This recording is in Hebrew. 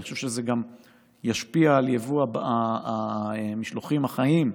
אני חושב שזה גם ישפיע על יבוא המשלוחים החיים,